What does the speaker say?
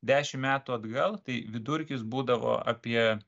dešimt metų atgal tai vidurkis būdavo apie